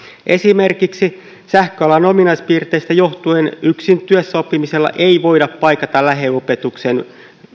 esimerkiksi sähköalan ominaispiirteistä johtuen yksin työssäoppimisella ei voida paikata lähiopetuksen